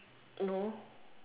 no